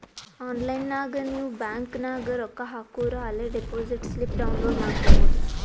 online ನಾಗ್ ನೀವ್ bank ನಾಗ್ ರೊಕ್ಕಾ ಹಾಕೂರ ಅಲೇ ಡೆಪೋಸಿಟ್ ಸ್ಲಿಪ್ ಡೌನ್ಲೋಡ್ ಮಾಡ್ಕೊಬೋದು